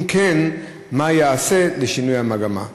3. אם כן, מה ייעשה לשינוי המגמה?